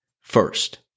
First